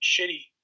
shitty